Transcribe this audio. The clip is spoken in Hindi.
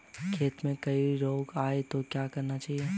खेत में कोई रोग आये तो क्या करना चाहिए?